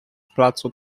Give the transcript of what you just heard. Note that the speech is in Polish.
placu